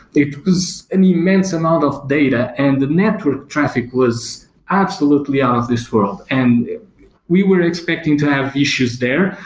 it was an immense amount of data and the network traffic was absolutely out of this world, and we were expecting to have issues there.